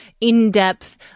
in-depth